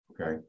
Okay